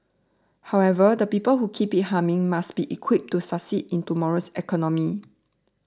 however the people who keep it humming must be equipped to succeed in tomorrow's economy